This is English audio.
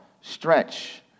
stretch